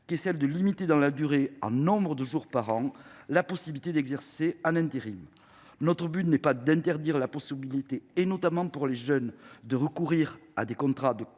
à savoir limiter dans la durée, en nombre de jours par an, la possibilité d’exercer en intérim. Notre but est non pas d’interdire la possibilité, notamment pour les jeunes, de recourir à des contrats de